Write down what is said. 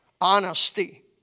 honesty